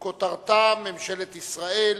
שכותרתה: ממשלת ישראל